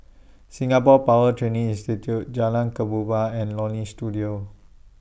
Singapore Power Training Institute Jalan Kemboja and Leonie Studio